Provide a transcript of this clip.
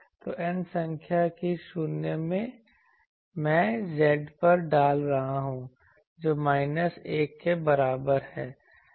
तो N संख्या की शून्य मैं Z पर डाल रहा हूँ जो माइनस 1 के बराबर है